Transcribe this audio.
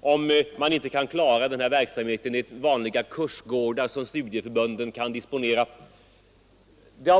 om man inte kan klara denna verksamhet i vanliga kursgårdar som studieförbunden kan disponera.